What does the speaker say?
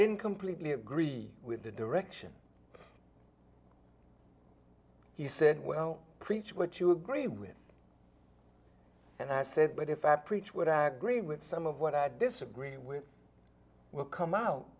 didn't completely agree with the direction he said well preach what you agree with and i said but if i preach what i agree with some of what i disagree with will come out